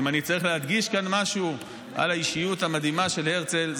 אם אני צריך להדגיש כאן משהו על האישיות המדהימה של הרצל,